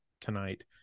tonight